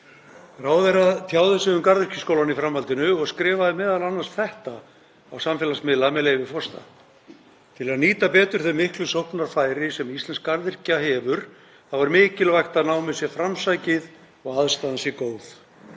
Ráðherra tjáði sig um Garðyrkjuskólann í framhaldinu og skrifaði m.a. þetta á samfélagsmiðla, með leyfi forseta: „Til að nýta betur þau miklu sóknarfæri sem íslensk garðyrkja hefur þá er mikilvægt að námið sé framsækið og aðstaðan sé góð.